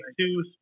two